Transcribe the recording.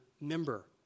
member